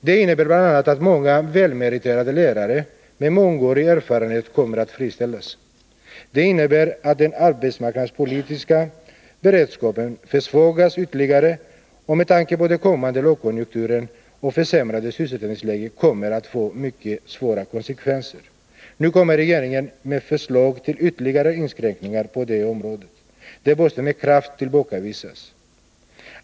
Det här innebär bl.a. att många välmeriterade lärare med mångårig erfarenhet kommer att friställas. Vidare betyder det att den arbetsmark adspolitiska beredskapen ytterligare försvagas. Med tanke på den kommande lågkonjunkturen och det försämrade sysselsättningsläget kommer konsekvenserna att bli mycket svåra. Nu föreslår regeringen ytterligare inskränkningar på dessa områden. Det måste med kraft tillbakavisas.